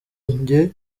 njye